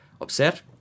Upset